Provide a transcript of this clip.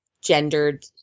gendered